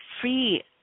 free